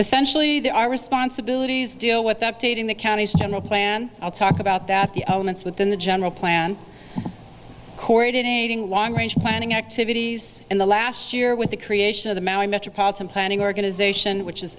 essentially there are responsibilities deal with updating the county's general plan i'll talk about that the elements within the general plan coordinating long range planning activities in the last year with the creation of the maori metropolitan planning organization which is